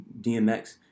DMX